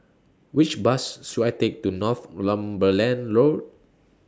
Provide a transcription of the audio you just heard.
Which Bus should I Take to Northumberland Road